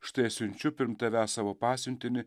štai aš siunčiu pirm tavęs savo pasiuntinį